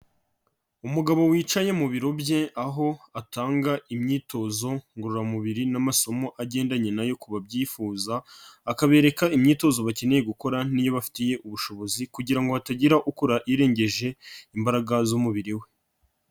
Umugabo wicaye mu biro bye, aho atanga imyitozo ngororamubiri n'amasomo agendanye nayo ku babyifuza, akabereka imyitozo bakeneye gukora niyo bafitiye ubushobozi, kugira ngo hatagira ukora irengeje imbaraga z'umubiri we.